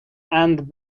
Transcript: and